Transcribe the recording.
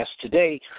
today